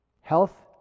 health